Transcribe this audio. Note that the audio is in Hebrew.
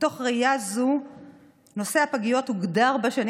מתוך ראייה זו נושא הפגיות הוגדר בשנים